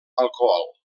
alcohol